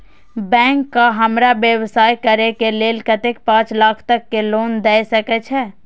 Bank का हमरा व्यवसाय करें के लेल कतेक पाँच लाख तक के लोन दाय सके छे?